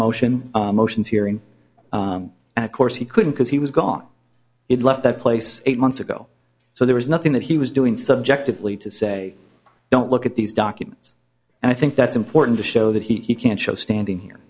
motion motions hearing and of course he couldn't because he was gone it left that place eight months ago so there was nothing that he was doing subjectively to say don't look at these documents and i think that's important to show that he can show standing here